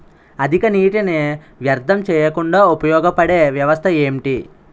అధిక నీటినీ వ్యర్థం చేయకుండా ఉపయోగ పడే వ్యవస్థ ఏంటి